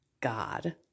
God